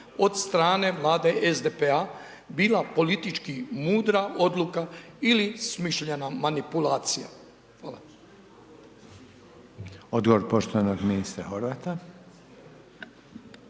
od strane Vlade SDP-a bila politički mudra odluka ili smišljena manipulacija? Hvala. **Reiner, Željko (HDZ)** Odgovor poštovanog ministra Horvata.